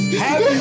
happy